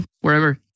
wherever